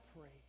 pray